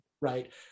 right